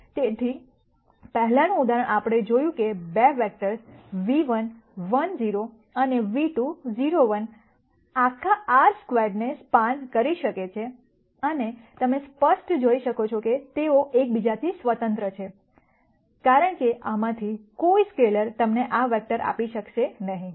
તેથી પહેલાનું ઉદાહરણ આપણે જોયું કે 2 વેક્ટર્સ v1 1 0 અને v2 0 1 આખા R સ્ક્વેર્ડને સ્પાન કરી શકે છે અને તમે સ્પષ્ટ જોઈ શકો છો કે તેઓ એકબીજાથી સ્વતંત્ર છે કારણ કે આમાંથી કોઈ સ્કેલર તમને આ વેક્ટર આપી શકશે નહીં